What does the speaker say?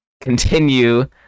continue